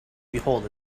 behold